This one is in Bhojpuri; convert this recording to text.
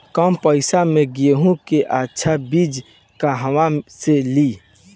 कम पैसा में गेहूं के अच्छा बिज कहवा से ली?